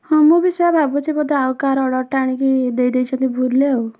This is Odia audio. ହଁ ମୁଁ ବି ସେଇଆ ଭାବୁଛି ବୋଧେ ଆଉ କାହାର ଅର୍ଡ଼ର୍ଟା ଆଣିକି ଦେଇ ଦେଇଛନ୍ତି ଭୁଲରେ ଆଉ